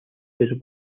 his